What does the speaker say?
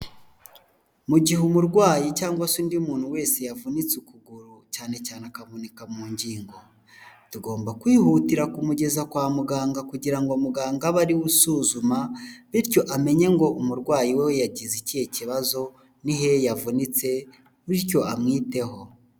Mu gihe umurwayi cyangwa se undi muntu wese yavunitse ukuguru cyane cyane akavuka mu ngingo, tugomba kwihutira kumugeza kwa muganga kugira ngo muganga abe ariwe usuzuma, bityo amenye ngo umurwayi we yagize ikihe kibazo, ni hehe yavunitse, bityo amwiteho.